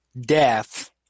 death